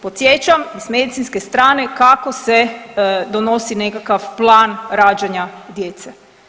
Podsjećam s medicinske strane kako se donosi nekakav plan rađanja djece.